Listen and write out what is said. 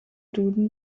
duden